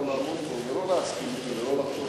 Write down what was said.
אתה יכול לעמוד פה ולא להסכים אתי ולא,